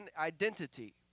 identity